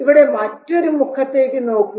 ഇവിടെ മറ്റൊരു മുഖത്തേക്ക് നോക്കൂ